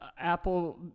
Apple